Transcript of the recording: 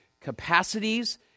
capacities